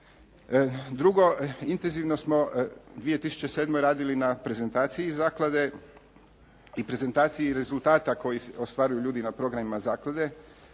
Drugo, intezivno smo u 2007. radili na prezentaciji zaklade i prezentaciji rezultata koji ostvaruju ljudi na programima zaklade